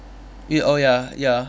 E oh ya ya